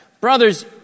Brothers